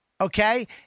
Okay